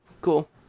cool